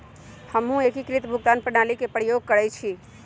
हमहु एकीकृत भुगतान प्रणाली के प्रयोग करइछि